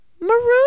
Maroon